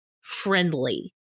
friendly